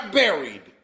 buried